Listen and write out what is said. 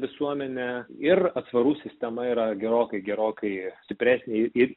visuomenė ir atsvarų sistema yra gerokai gerokai stipresnė ir